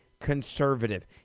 conservative